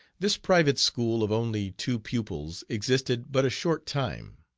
this private school of only two pupils existed but a short time.